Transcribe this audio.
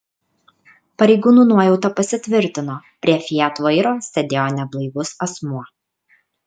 pareigūnų nuojauta pasitvirtino prie fiat vairo sėdėjo neblaivus asmuo